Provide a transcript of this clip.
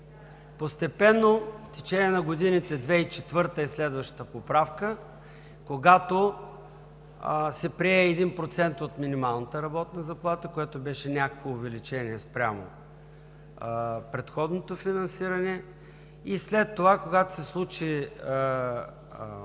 Постепенно, в течение на годините – 2004 г., е следващата поправка, когато се прие 1% от минималната работна заплата, което беше някакво увеличение спрямо предходното финансиране. След това, когато се случи